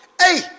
hey